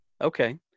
Okay